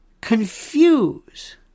confuse